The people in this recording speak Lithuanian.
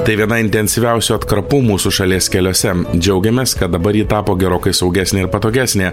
tai viena intensyviausių atkarpų mūsų šalies keliuose džiaugiamės kad dabar ji tapo gerokai saugesnė ir patogesnė